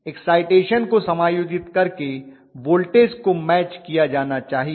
excitation को समायोजित करके वोल्टेज को मैच किया जाना चाहिए